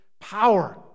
power